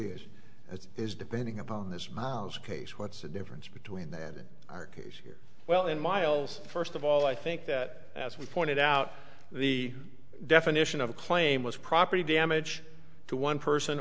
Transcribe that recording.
is it is depending upon this case what's the difference between that and in our case here well in miles first of all i think that as we pointed out the definition of a claim was property damage to one person